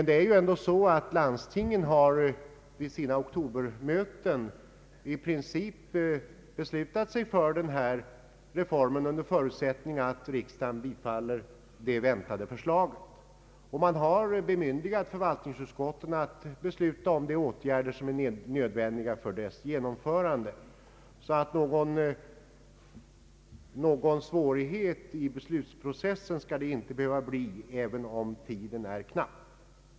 Det är så att landstingen vid sina oktobermöten i princip har beslutat sig för reformen under förutsättning att riksdagen bifaller det framlagda förslaget. Man har bemyndigat förvaltningsutskotten att besluta om de åtgärder som är nödvändiga för reformens genomförande. Någon svårighet i beslutsprocessen skall det alltså inte behöva bli även om tiden är knapp.